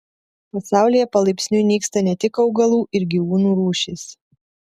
pasaulyje palaipsniui nyksta ne tik augalų ir gyvūnų rūšys